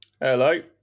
Hello